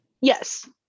Yes